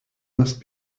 must